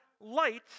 light